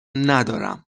ندارم